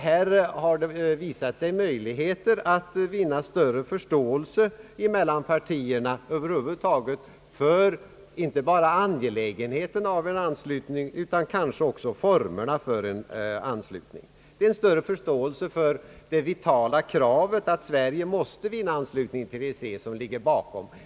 Här har det visat sig möjligheter att vinna större förståelse mellan partierna över huvud taget för inte bara angelägenheten av en anslutning utan också formerna för en sådan. Det är en större förståelse för det vitala kravet att Sverige måste vinna anslutning till EEC som ligger bakom.